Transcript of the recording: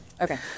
Okay